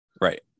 right